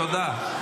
תודה.